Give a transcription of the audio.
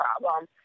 problem